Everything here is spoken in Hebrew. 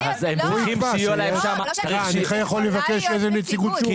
נכה יכול לבקש איזו נציגות שהוא רוצה.